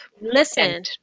Listen